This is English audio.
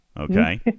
okay